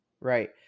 Right